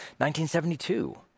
1972